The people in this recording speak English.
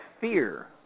fear